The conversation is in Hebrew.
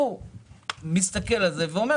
הוא מסתכל על זה ואומר,